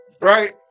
Right